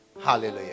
Hallelujah